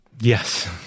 Yes